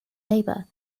labour